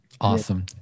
Awesome